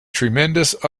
tremendous